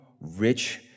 rich